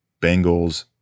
Bengals